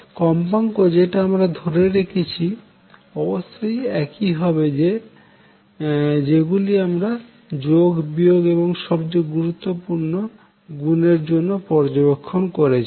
কম্পাঙ্ক যেটা আমরা ধরে রেখেছি অবশ্যই একই হবে যেগুলি আমরা যোগ বিয়োগ এবং সবচেয়ে গুরুত্বপূর্ণ গুণ এর জন্য পর্যবেক্ষণ করেছি